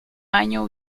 año